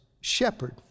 shepherd